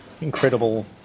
incredible